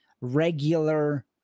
regular